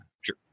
Sure